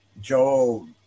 Joel